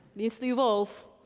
needs to evolve.